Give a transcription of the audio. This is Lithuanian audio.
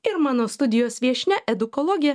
ir mano studijos viešnia edukologė